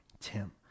Tim